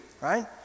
right